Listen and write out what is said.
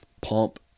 pump